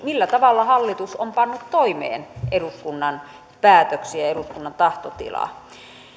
millä tavalla hallitus on pannut toimeen eduskunnan päätöksiä ja eduskunnan tahtotilaa